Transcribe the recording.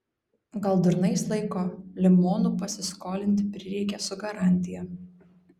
gal durnais laiko limonų pasiskolinti prireikė su garantija